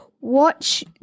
Watch